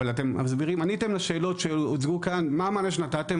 עניתם לשאלות שהוצגו כאן, מה המענה שנתתם?